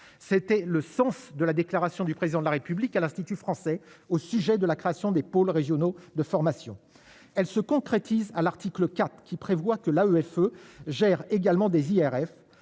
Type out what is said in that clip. c'était le sens de la déclaration du président de la République à l'Institut français au sujet de la création des pôles régionaux de formation, elle se concrétise à l'article 4 qui prévoit que l'AFE gère également des IRF